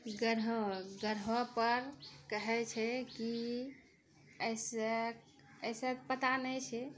ग्रह ग्रहपर कहै छै कि एहिसँ एहिसँ पता नहि छै